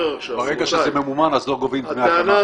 ברגע שזה ממומן אז לא גובים דמי הקמה.